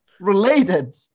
related